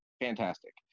fantastic